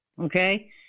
Okay